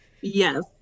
Yes